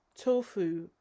tofu